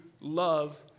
love